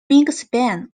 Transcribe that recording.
wingspan